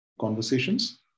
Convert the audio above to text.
conversations